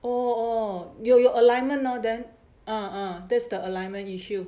orh orh you you alignment hor then that's the alignment issue